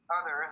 others